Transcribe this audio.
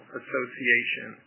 association